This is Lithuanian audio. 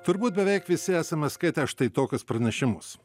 turbūt beveik visi esame skaitę štai tokius pranešimus